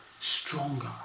stronger